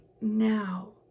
now